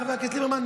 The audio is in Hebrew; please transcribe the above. חבר הכנסת ליברמן,